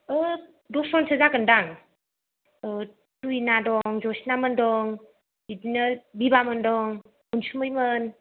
औ दस जनसो जागोनदां औ फुंनि दं जसनामोन दं बिदिनो दिबामोन दं अनसुमैमोन